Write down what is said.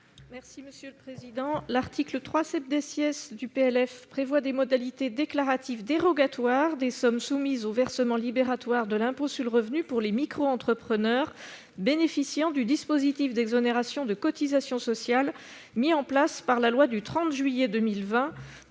Mme Sylvie Vermeillet. L'article 3 du PLF prévoit des modalités déclaratives dérogatoires des sommes soumises au versement libératoire de l'impôt sur le revenu pour les micro-entrepreneurs bénéficiant du dispositif d'exonération de cotisations sociales mis en place par la loi n° 2020-935 du 30 juillet 2020